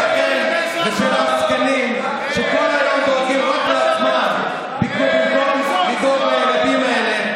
שלכם ושל עסקנים שכל היום דואגים רק לעצמם במקום לדאוג לילדים האלה,